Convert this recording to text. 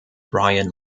brian